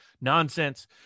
nonsense